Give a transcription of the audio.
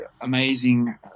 amazing